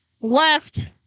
left